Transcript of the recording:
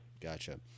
Gotcha